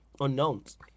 unknowns